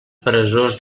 peresós